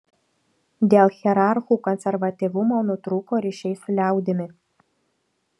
dėl hierarchų konservatyvumo nutrūko ryšiai su liaudimi